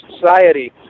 society